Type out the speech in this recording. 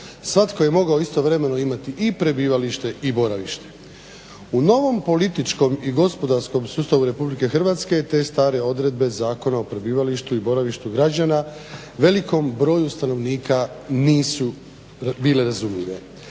Svatko je mogao istovremeno imati i prebivalište i boravište. U novom političkom i gospodarskom sustavu RH te stare odredbe Zakona o prebivalištu i boravištu građana velikom broju stanovnika nisu bile razumljive.